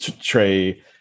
Trey